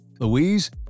Louise